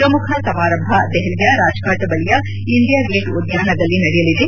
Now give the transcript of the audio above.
ಪ್ರಮುಖ ಸಮಾರಂಭ ದೆಹಲಿಯ ರಾಜ್ಫಾಟ್ ಬಳಿಯ ಇಂಡಿಯಾ ಗೇಟ್ ಉದ್ಯಾನದಲ್ಲಿ ನಡೆಯಲಿದೆ